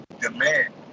demand